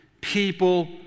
people